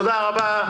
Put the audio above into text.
תודה רבה.